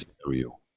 stereo